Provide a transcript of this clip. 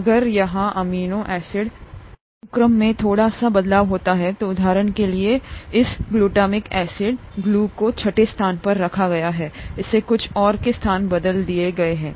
अगर यहां amino acid अनुक्रम में थोड़ा सा बदलाव होता है तो उदाहरण के लिए इस ग्लूटामिक एसिड ग्लू को छठे स्थान पर रखा गया है इसे कुछ और के साथ बदल दिया गया है